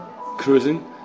cruising